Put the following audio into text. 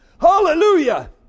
Hallelujah